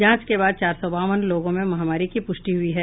जांच के बाद चार सौ बावन लोगों में महामारी की पुष्टि हुई है